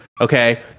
Okay